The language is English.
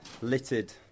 littered